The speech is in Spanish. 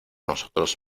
nosotros